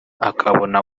akabona